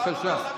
אתה לא מכבד אותם.